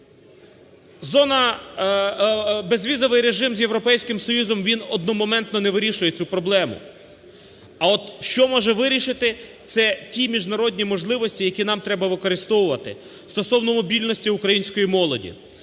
Зона… безвізовий режим з Європейським Союзом, він одномоментно не вирішує цю проблему. А от що може вирішити – це ті міжнародні можливості, які нам треба використовувати стосовно мобільності української молоді.